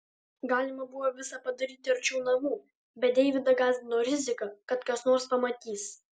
galima buvo visa padaryti arčiau namų bet deividą gąsdino rizika kad kas nors pamatys